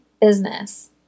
business